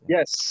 Yes